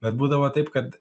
bet būdavo taip kad